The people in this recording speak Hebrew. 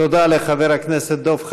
תודה לחבר הכנסת דב חנין.